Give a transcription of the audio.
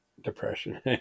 depression